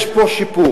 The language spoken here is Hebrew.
יש פה שיפור.